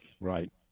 Right